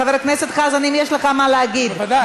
חבר הכנסת חזן, אם יש לך מה להגיד, בוודאי.